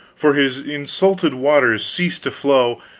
for his insulted waters ceased to flow,